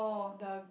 the